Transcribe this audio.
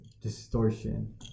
distortion